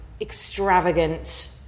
extravagant